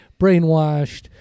brainwashed